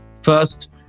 First